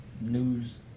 news